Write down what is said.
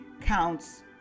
counts